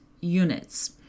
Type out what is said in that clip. units